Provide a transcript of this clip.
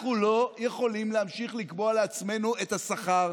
אנחנו לא יכולים להמשיך לקבוע לעצמנו את השכר.